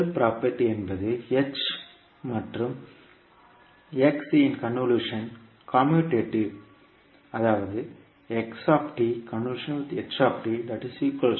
முதல் பிராப்பர்டி என்பது h மற்றும் x இன் கன்வொல்யூஷன் கம்யுடேட்டிவ் i